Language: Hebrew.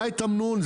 היה את תמנון,